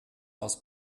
aus